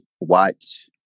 watch